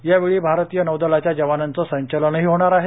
यावेळी भारतीय नौदलच्या जवानांचं संचलनही होणार आहे